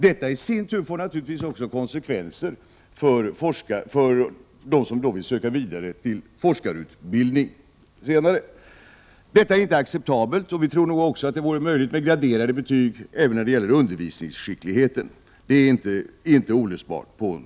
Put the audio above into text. Denna skillnad får naturligtvis i sin tur konsekvenser för den som senare vill söka vidare till forskarutbildning. Denna skillnad är inte acceptabel, och vi tror också att det vore möjligt att tillämpa graderade betyg även när det gäller undervisningsskickligheten. Det är inte alls olösbart.